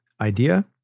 idea